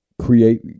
create